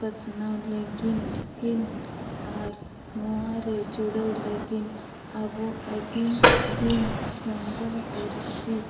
ᱯᱟᱥᱱᱟᱣ ᱞᱟᱹᱜᱤᱫ ᱟᱨ ᱱᱚᱣᱟᱨᱮ ᱡᱩᱲᱟᱹᱣ ᱞᱟᱹᱜᱤᱫ ᱟᱵᱚ ᱟᱹᱫᱤᱢ ᱥᱟᱱᱛᱟᱲ ᱯᱟᱹᱨᱥᱤ